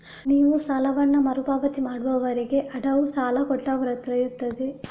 ನೀವು ಸಾಲವನ್ನ ಮರು ಪಾವತಿ ಮಾಡುವವರೆಗೆ ಅಡವು ಸಾಲ ಕೊಟ್ಟವರತ್ರ ಇರ್ತದೆ